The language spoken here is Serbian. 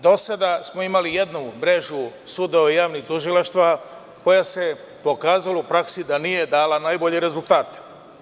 Do sada smo imali jednu mrežu sudova i javnih tužilaštava koja je pokazala u praksi da nije dala najbolje rezultate.